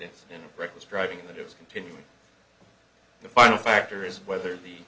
incident reckless driving that is continuing the final factor is whether the